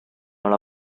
alla